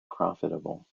profitable